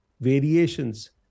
variations